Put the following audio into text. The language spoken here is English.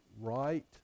right